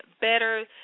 better